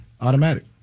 Automatic